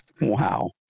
Wow